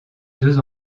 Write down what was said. deux